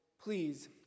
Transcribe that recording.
please